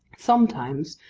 sometimes,